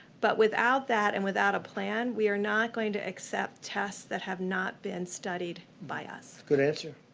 but without that and without a plan, we are not going to accept tests that have not been studied by us. good answer,